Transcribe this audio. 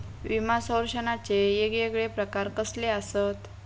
विमा सौरक्षणाचे येगयेगळे प्रकार कसले आसत?